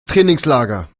trainingslager